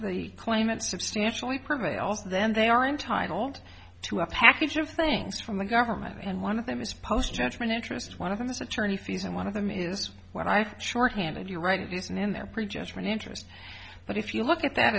the claimant substantially prevail then they are entitled to a package of things from the government and one of them is post judgment interests one of them is the czerny fees and one of them is when i shorthanded you right it isn't in their prejudgment interest but if you look at that